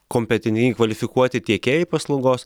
kompetentingi kvalifikuoti tiekėjai paslaugos